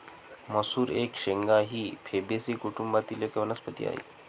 मसूर एक शेंगा ही फेबेसी कुटुंबातील एक वनस्पती आहे